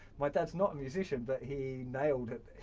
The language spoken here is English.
my dad's not a musician but he nailed it.